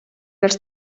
els